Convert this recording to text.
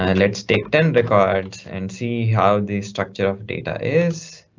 and let's take ten records and see how the structure of data is.